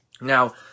Now